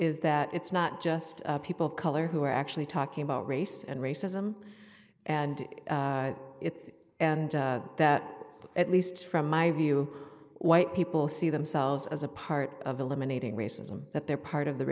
is that it's not just people of color who are actually talking about race and racism and it and that at least from my view white people see themselves as a part of eliminating racism that they're part of the